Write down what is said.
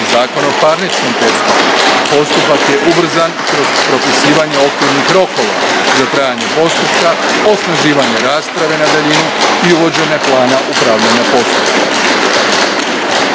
Zakon o parničnom postupku. Postupak je ubrzan kroz propisivanje okvirnih rokova za trajanje postupka, osnaživanje rasprave na daljinu i uvođenje plana upravljanja postupkom.